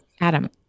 Adam